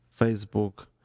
Facebook